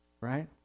right